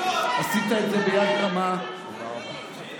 עשית את זה ביד רמה, תודה רבה.